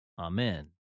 Amen